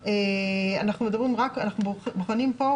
אנחנו בוחנים פה,